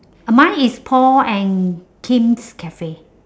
mine is paul and kim's cafe